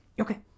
Okay